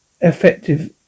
effective